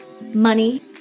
money